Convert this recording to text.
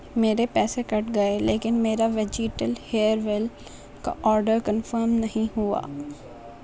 میرے پیسے کٹ گئے لیکن میرا ویجیٹل ہیئر ویل کا آڈر کنفرم نہیں ہوا